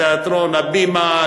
תיאטרון "הבימה",